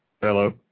Hello